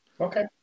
okay